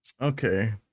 Okay